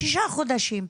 שישה חודשים.